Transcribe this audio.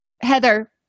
Heather